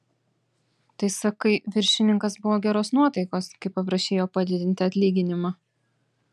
tai sakai viršininkas buvo geros nuotaikos kai paprašei jo padidinti atlyginimą